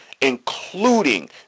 including